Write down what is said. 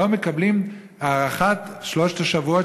לא מקבלים את הארכת שלושת השבועות